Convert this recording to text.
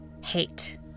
hate